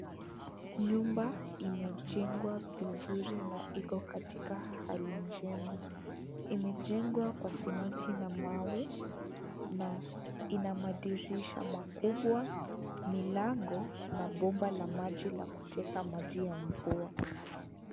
Nyumba imejengwa vizuri na iko katika hali njema. Imejengwa kwa simiti na mawe na ina madirisha makubwa, milango na bomba la maji la kuteka maji ya mvua.